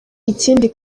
ikindi